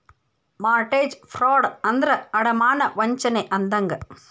mortgage fraud ಅಂದ್ರ ಅಡಮಾನ ವಂಚನೆ ಅಂದಂಗ